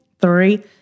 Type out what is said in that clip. three